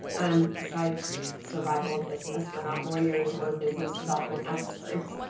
um besides survival of business, we're not more lawyers or business development experts,